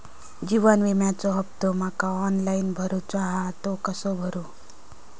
जीवन विम्याचो हफ्तो माका ऑनलाइन भरूचो हा तो कसो भरू?